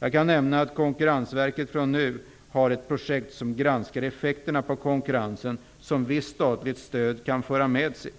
Jag kan nämna att Konkurrensverket nu har ett projekt som granskar de effekter på konkurrensen som visst statligt stöd kan föra med sig.